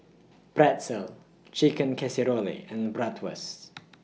Pretzel Chicken Casserole and Bratwurst